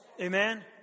Amen